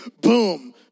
Boom